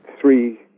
three